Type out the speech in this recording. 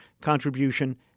contribution